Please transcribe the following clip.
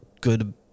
good